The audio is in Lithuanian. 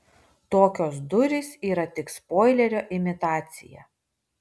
tokios durys yra tik spoilerio imitacija